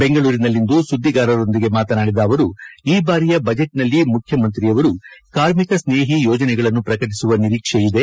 ಬೆಂಗಳೂರಿನಲ್ಲಿಂದು ಸುದ್ದಿಗಾರರೊಂದಿಗೆ ಮಾತನಾಡಿದ ಅವರು ಈ ಬಾರಿಯ ಬಜೆಟ್ನಲ್ಲಿ ಮುಖ್ಯಮಂತ್ರಿಯವರು ಕಾರ್ಮಿಕ ಸ್ನೇಹಿ ಯೋಜನೆಗಳನ್ನು ಪ್ರಕಟಿಸುವ ನಿರೀಕ್ಷೆಯಿದೆ